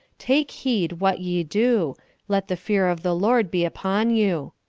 take heed what ye do let the fear of the lord be upon you.